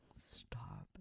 stop